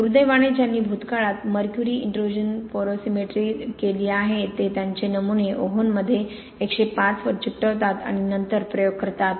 दुर्दैवाने ज्यांनी भूतकाळात मर्क्युरी इन्ट्रुजन पोरोसिमेट्री केली आहे ते त्यांचे नमुना ओव्हनमध्ये 105 वर चिकटवतात आणि नंतर प्रयोग करतात